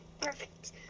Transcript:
Perfect